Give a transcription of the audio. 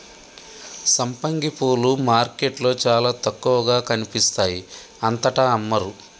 సంపంగి పూలు మార్కెట్లో చాల తక్కువగా కనిపిస్తాయి అంతటా అమ్మరు